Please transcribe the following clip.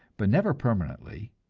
but never permanently,